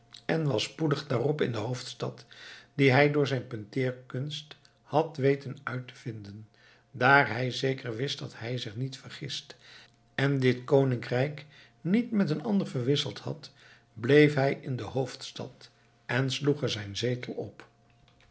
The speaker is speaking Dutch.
en was spoedig daarop in de hoofdstad die hij door zijn punteerkunst had weten uit te vinden daar hij zeker wist dat hij zich niet vergist en dit koninkrijk niet met een ander verwisseld had bleef hij in de hoofdstad en sloeg er zijn zetel op